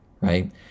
right